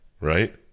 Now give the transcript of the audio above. right